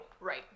right